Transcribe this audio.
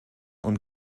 und